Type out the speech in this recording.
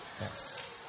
Yes